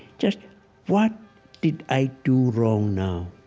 just what did i do wrong now?